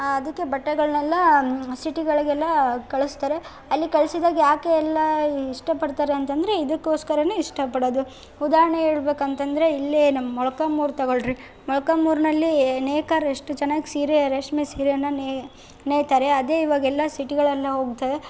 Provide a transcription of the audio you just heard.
ಅದಕ್ಕೆ ಬಟ್ಟೆಗಳನ್ನೆಲ್ಲಾ ಸಿಟಿಗಳಿಗೆಲ್ಲಾ ಕಳಿಸ್ತಾರೆ ಅಲ್ಲಿ ಕಳ್ಸಿದಾಗ ಯಾಕೆ ಎಲ್ಲ ಇಷ್ಟಪಡ್ತಾರೆ ಅಂತಂದರೆ ಇದಕ್ಕೋಸ್ಕರನೇ ಇಷ್ಟಪಡೋದು ಉದಾಹರ್ಣೆಗೆ ಹೇಳ್ಬೇಕು ಅಂತಂದರೆ ಇಲ್ಲೇ ನಮ್ಮ ಮೊಳ್ಕಾಲ್ಮೂರು ತಗೊಳ್ಳಿರಿ ಮೊಳ್ಕಾಲ್ಮೂರ್ನಲ್ಲಿಯೇ ನೇಕಾರರು ಎಷ್ಟು ಚೆನ್ನಾಗ್ ಸೀರೇ ರೇಷ್ಮೆ ಸೀರೆಯನ್ನು ನೇಯ್ತಾರೆ ಅದೇ ಇವಾಗೆಲ್ಲ ಸಿಟಿಗಳೆಲ್ಲ ಹೋಗ್ತಾಯಿದೆ